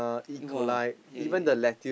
!wah! yea yea yea